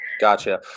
Gotcha